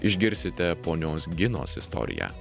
išgirsite ponios ginos istoriją